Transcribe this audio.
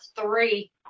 three